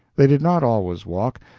they did not always walk.